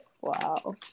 Wow